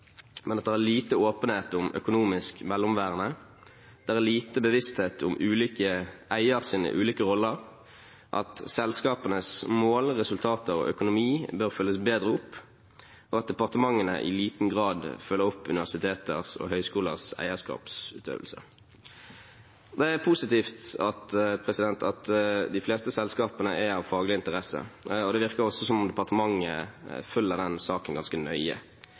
men at det er lite åpenhet om økonomisk mellomværende og lite bevissthet om eiers ulike roller, at selskapenes mål, resultater og økonomi bør følges bedre opp, og at departementet i liten grad følger opp universiteters og høyskolers eierskapsutøvelse. Det er positivt at de fleste selskapene er av faglig interesse, og det virker også som om departementet følger denne saken ganske nøye.